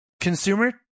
consumer